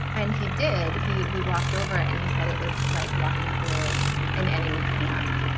and he did. he he walked over and he said it was like walking through an enemy camp.